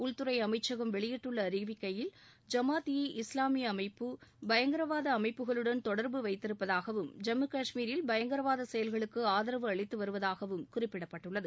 உள்துறை அமைச்சகம் வெளியிட்டுள்ள அறிவிக்கையில் ஜமாத் ஈ இஸ்வாமிய அமைப்பு பயங்கரவாத அமைப்புகளுடன் தொடர்பு வைத்திருப்பதாகவும் ஜம்மு காஷ்மீரில் பயங்கரவாத செயல்களுக்கு ஆதரவு அளித்து வருவதாகவும் குறிப்பிடப்பட்டுள்ளது